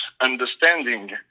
understanding